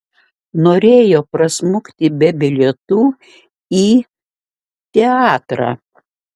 norėjo prasmukti be bilietų į teatrą